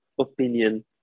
opinion